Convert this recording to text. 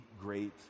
great